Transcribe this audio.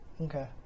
okay